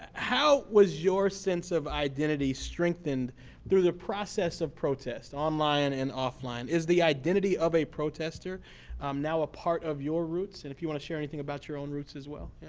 how was your sense of identity strengthened through the process of protest? online and offline? is the identity of a protester now a part of your roots? and if you want to share anything about your own roots, as well?